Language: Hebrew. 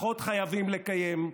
הבטחות חייבים לקיים.